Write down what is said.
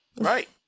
Right